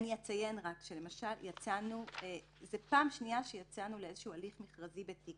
אני אציין שזאת פעם שנייה שיצאנו להליך מכרזי בתיק.